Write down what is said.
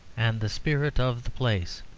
and the spirit of the place.